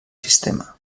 sistema